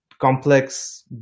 complex